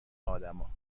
آدما